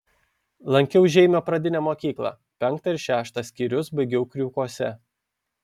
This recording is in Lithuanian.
lankiau žeimio pradinę mokyklą penktą ir šeštą skyrius baigiau kriūkuose